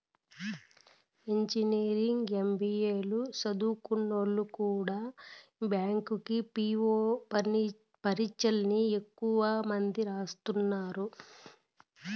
engineering, MBA లు సదుంకున్నోల్లు కూడా బ్యాంకి పీ.వో పరీచ్చల్ని ఎక్కువ మంది రాస్తున్నారు